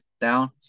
down